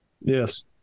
Yes